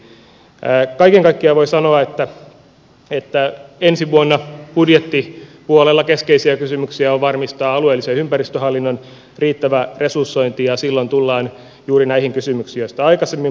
kaiken kaikkiaan voi sanoa että ensi vuonna budjettipuolella keskeisiä kysymyksiä on varmistaa alueellisen ympäristöhallinnon riittävä resursointi ja silloin tullaan juuri näihin kysymyksiin joista aikaisemmin puhuin